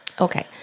Okay